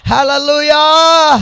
Hallelujah